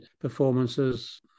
performances